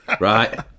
right